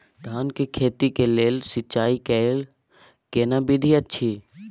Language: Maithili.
धान के खेती के लेल सिंचाई कैर केना विधी अछि?